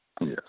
Yes